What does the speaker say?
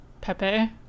Pepe